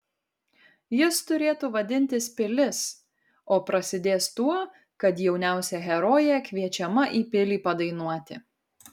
jis turėtų vadintis pilis o prasidės tuo kad jauniausia herojė kviečiama į pilį padainuoti